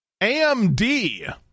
AMD